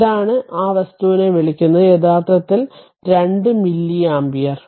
ഇതാണ് ഈ വസ്തുവിനെ വിളിക്കുന്നത് യഥാർത്ഥത്തിൽ 2 മില്ലി ആമ്പിയർ